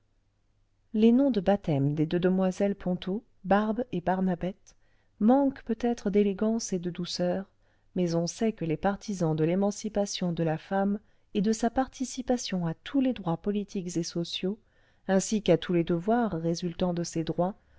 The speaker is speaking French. les noms de baptême des deux demoiselles ponto barbe et barnabette manquent peut-être d'élégance et de douceur mais on sait que les partisans de l'émancipation de la femme et de sa participation à tous les droits politiques et sociaux ainsi qu'à tous les devoirs résultant de ces droits